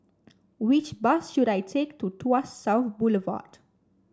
which bus should I take to Tuas South Boulevard